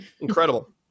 Incredible